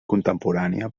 contemporània